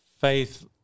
faith